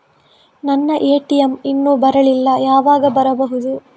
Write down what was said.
ನನ್ನ ಎ.ಟಿ.ಎಂ ಇನ್ನು ಬರಲಿಲ್ಲ, ಯಾವಾಗ ಬರಬಹುದು?